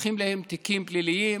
פותחים להם תיקים פליליים